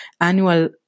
annual